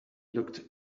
looked